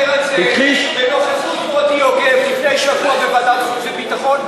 הרמטכ"ל דיבר על זה בנוכחות מוטי יוגב לפני שבוע בוועדת החוץ והביטחון,